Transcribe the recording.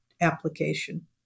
application